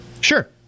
sure